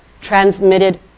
transmitted